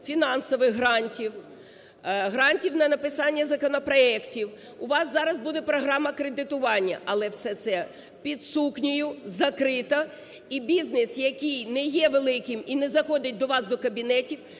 фінансових грантів, грантів на написання законопроектів, у вас зараз буде програма кредитування, але все це під сукнею, закрито, і бізнес, який не є великим і не знаходить до вас до кабінетів,